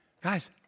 guys